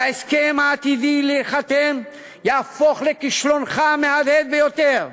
וההסכם העתיד להיחתם יהפוך לכישלונך המהדהד ביותר.